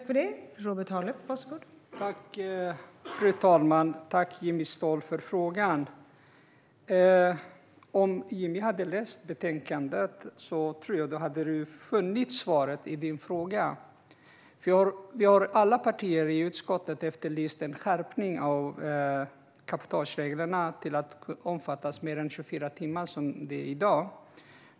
Fru talman! Jag tackar Jimmy Ståhl för frågan. Om Jimmy hade läst betänkandet tror jag att han hade funnit svaret på sin fråga. Alla partier i utskottet har efterlyst en skärpning av cabotagereglerna till att omfatta mer än 24 timmar, som det är i dag.